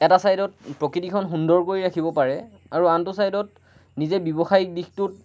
এটা চাইডত প্ৰকৃতিখন সুন্দৰ কৰি ৰাখিব পাৰে আৰু আনটো চাইডত নিজে ব্যৱসায়িক দিশটোত